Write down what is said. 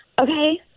Okay